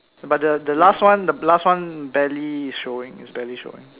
but the the last one the last one barely showing it's barely showing